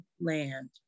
land